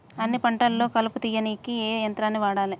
అన్ని పంటలలో కలుపు తీయనీకి ఏ యంత్రాన్ని వాడాలే?